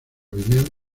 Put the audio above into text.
biliar